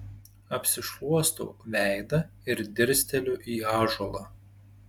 apsišluostau veidą ir dirsteliu į ąžuolą